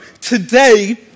Today